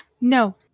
no